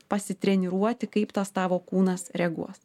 pasitreniruoti kaip tas tavo kūnas reaguos